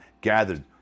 gathered